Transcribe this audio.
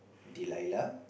Dlaila